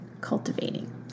cultivating